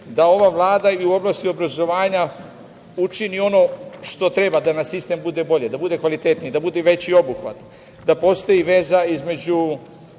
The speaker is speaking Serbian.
da ova vlada i u oblasti obrazovanja učini ono što treba, da nam sistem bude bolji, da bude kvalitetniji, da bude veći obuhvat, da postoji veza između